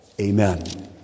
Amen